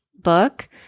book